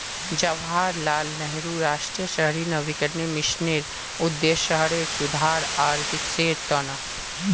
जवाहरलाल नेहरू राष्ट्रीय शहरी नवीकरण मिशनेर उद्देश्य शहरेर सुधार आर विकासेर त न